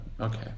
okay